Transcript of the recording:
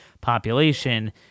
population